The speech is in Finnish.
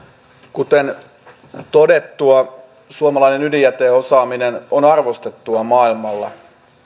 kuten todettua suomalainen ydinjäteosaaminen on arvostettua maailmalla